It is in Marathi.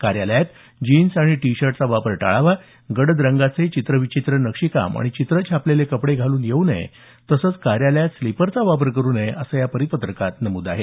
कार्यालयात जीन्स आणि टी शर्टचा वापर टाळावा गडद रंगांचे चित्रविचित्र नक्षीकाम आणि चित्र छापलेले कपडे घालून कार्यालयात येऊ नये तसंच कार्यालयात स्लीपरचा वापर करू नये असं या परिपत्रकात नमूद आहे